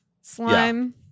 slime